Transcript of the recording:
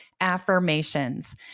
affirmations